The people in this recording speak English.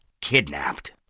kidnapped